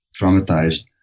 traumatized